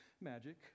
magic